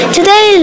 Today